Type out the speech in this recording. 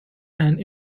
and